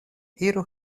iru